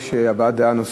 יש הבעת דעה נוספת.